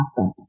asset